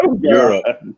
Europe